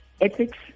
ethics